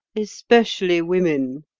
especially women,